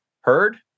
heard